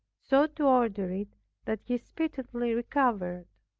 so to order it that she speedily recovered.